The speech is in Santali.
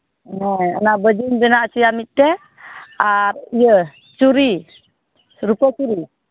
ᱦᱮᱸ ᱚᱱᱟ ᱵᱟᱹᱡᱩᱧ ᱵᱮᱱᱟᱣ ᱦᱚᱪᱚᱭᱟ ᱢᱤᱫᱴᱮᱱ ᱟᱨ ᱤᱭᱟᱹ ᱪᱩᱲᱤ ᱨᱩᱯᱟᱹ ᱪᱩᱲᱤ